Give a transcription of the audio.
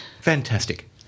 Fantastic